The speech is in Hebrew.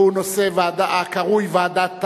והוא נושא הקרוי ועדת טל.